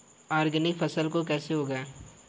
Organic फसल को कैसे उगाएँ?